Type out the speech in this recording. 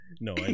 No